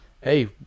hey